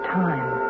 time